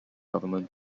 government